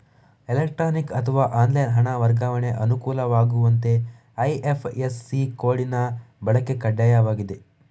electronic ಅಥವಾ online ಹಣ ವರ್ಗಾವಣೆಗೆ ಅನುಕೂಲವಾಗುವಂತೆ ಐ.ಎಫ್.ಎಸ್.ಸಿ ಕೋಡಿನ ಬಳಕೆ ಕಡ್ಡಾಯವಾಗಿದೆ